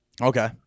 Okay